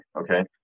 Okay